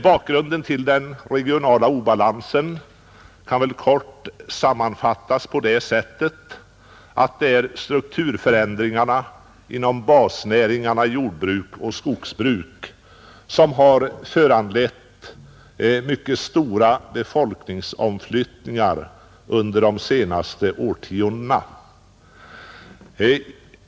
Bakgrunden till den regionala obalansen kan kort sammanfattas på det sättet att det är strukturförändringarna inom basnäringarna jordbruk och skogsbruk som föranlett mycket stora befolkningsomflyttningar under de senaste årtiondena.